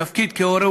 התפקיד כהורה,